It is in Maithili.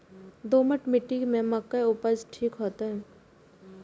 दोमट मिट्टी में मक्के उपज ठीक होते?